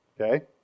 okay